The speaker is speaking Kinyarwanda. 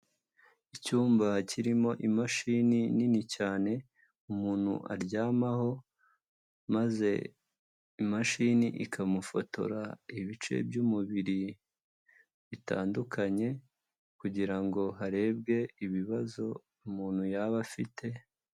Icyumba kirimo imashini nini cyane, umuntu aryamaho maze imashini ikamufotora ibice by'umubiri bitandukanye kugirango harebwe ibibazo umuntu yaba afite.